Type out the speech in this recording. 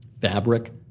fabric